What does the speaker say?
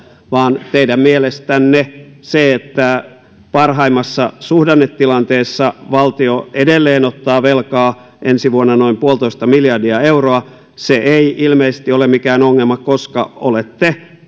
vaan teidän mielestänne se että parhaimmassa suhdannetilanteessa valtio edelleen ottaa velkaa ensi vuonna noin yksi pilkku viisi miljardia euroa ei ilmeisesti ole mikään ongelma koska olette